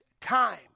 time